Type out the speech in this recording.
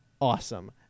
awesome